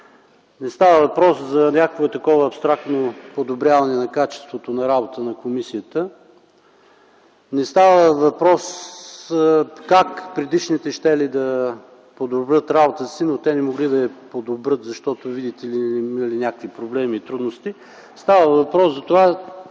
Не става въпрос за някакво абстрактно подобряване на качеството на работата на комисията, не става въпрос, как предишните щели да подобрят работата си, но те не могли да я подобрят, защото, видите ли, имали някакви проблеми и трудности. Става въпрос затова,